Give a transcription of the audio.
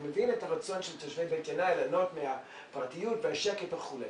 אני מבין את הרצון של תושבי בית ינאי ליהנות מהפרטיות והשקט וכו',